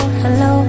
hello